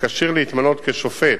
הכשיר להתמנות כשופט